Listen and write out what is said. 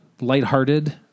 lighthearted